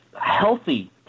healthy